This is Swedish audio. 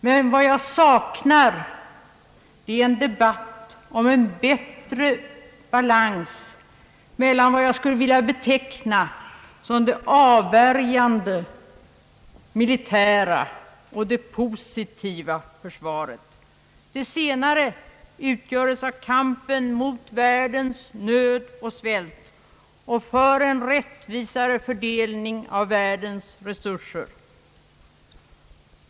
Men vad jag saknar är en debatt om en bättre balans mellan vad jag skulle vilja beteckna som det avvärjande militära och det positiva försvaret. Det senare utgöres av kampen mot världens nöd och svält och för en rättvisare fördelning av världens resurser.